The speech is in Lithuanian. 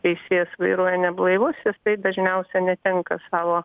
teisėjas vairuoja neblaivus jisai dažniausia netenka savo